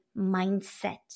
mindset